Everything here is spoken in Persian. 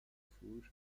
فروش